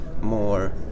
more